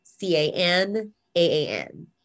C-A-N-A-A-N